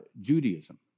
Judaism